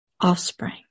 offspring